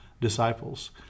disciples